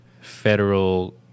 Federal